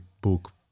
book